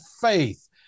faith